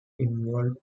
involved